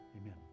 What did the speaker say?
amen